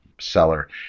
Seller